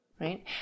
right